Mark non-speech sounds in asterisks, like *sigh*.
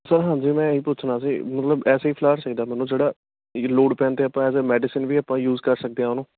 sir ਹਾਂਜੀ ਮੈਂ ਇਹੀ ਪੁੱਛਣਾ ਸੀ ਮਤਲਬ ਐਸਾ ਹੀ ਫਲਾਰ ਚਾਹੀਦਾ ਮੈਨੂੰ ਜਿਹੜਾ *unintelligible* ਲੋੜ ਪੈਣ 'ਤੇ ਆਪਾਂ ਐਜ਼ ਆ ਮੈਡੀਸਨ ਵੀ ਆਪਾਂ ਯੂਸ ਕਰ ਸਕਦੇ ਹਾਂ ਉਹਨੂੰ